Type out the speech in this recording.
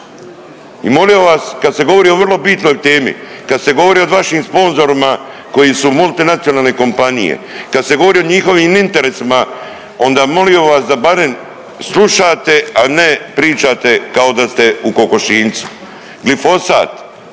I molio bih vas kad se govori o vrlo bitnoj temi, kad se govori o vašim sponzorima koji su multinacionalne kompanije, kad se govori o njihovim interesima, onda molio vas da barem slušate, a ne pričate kao da ste u kokošinjcu. Glifosat,